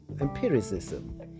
empiricism